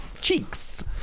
cheeks